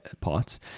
parts